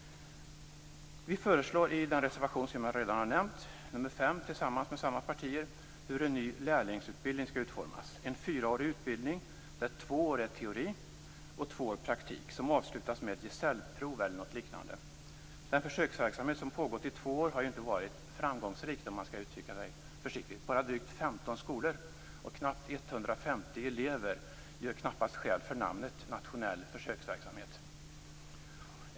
I reservation nr 5, som jag redan har nämnt, föreslår vi tillsammans med Folkpartiet och Kristdemokraterna hur en ny lärlingsutbildning skall utformas. Det skall vara en fyraårig utbildning, där två år är teori och två år är praktik, som avslutas med ett gesällprov eller något liknande. Den försöksverksamhet som har pågått i två år har ju inte varit framgångsrik, om man skall uttrycka sig försiktigt. Bara drygt 15 skolor och knappt 150 elever gör knappast skäl för namnet nationell försöksverksamhet.